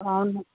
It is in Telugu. అవును